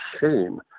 shame